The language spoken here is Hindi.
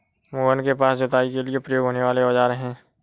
मोहन के पास जुताई के लिए प्रयोग होने वाले औज़ार है